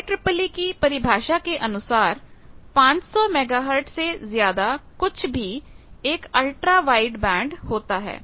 IEEE की परिभाषा के अनुसार 500 मेगाहर्ट्ज से ज्यादा कुछ भी एक अल्ट्रा वाइड बैंड होता है